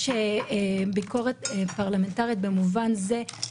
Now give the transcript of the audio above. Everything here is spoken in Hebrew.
כן, בבקשה, אפרת.